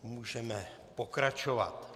Můžeme pokračovat.